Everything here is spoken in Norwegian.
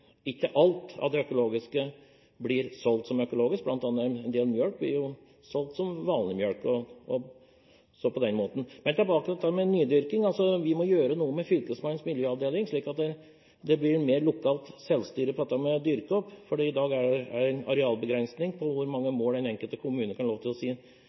del melk solgt som vanlig melk. Men tilbake til dette med nydyrking: Vi må gjøre noe med Fylkesmannens miljøvernavdeling, slik at det blir et mer lokalt selvstyre på dette med å dyrke opp, for i dag er det en arealbegrensning på hvor mange mål den enkelte kommune kan ha lov til å si